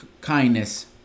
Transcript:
kindness